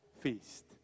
feast